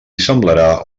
semblarà